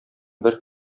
бер